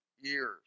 years